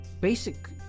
basic